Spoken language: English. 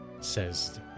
Says